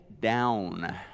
down